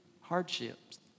hardships